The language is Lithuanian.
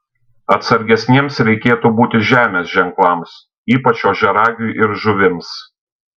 atsargesniems reikėtų būti žemės ženklams ypač ožiaragiui ir žuvims